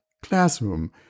Classroom